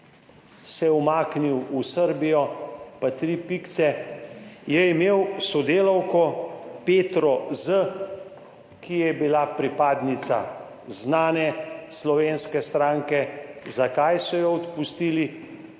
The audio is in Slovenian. umaknil v Srbijo in tri pikice, je imel sodelavko Petro Z., ki je bila pripadnica znane slovenske stranke. Zakaj so jo odpustili?